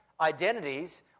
identities